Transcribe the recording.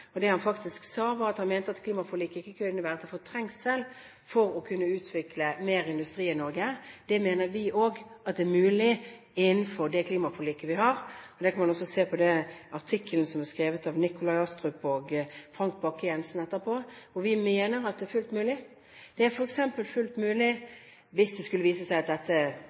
og det han faktisk sa, var at han mente at klimaforliket ikke kunne være til hinder for å utvikle mer industri i Norge. Det mener vi er mulig innenfor det klimaforliket vi har. Det kan man se av artikkelen som er skrevet av Nikolai Astrup og Frank Bakke-Jensen. Vi mener at det er fullt mulig. Hvis det skulle vise seg at dette aluminiumsverket til Alcoa er lønnsomt av andre grunner, er det fullt mulig å si at det